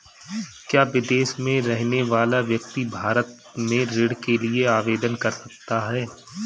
क्या विदेश में रहने वाला व्यक्ति भारत में ऋण के लिए आवेदन कर सकता है?